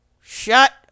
shut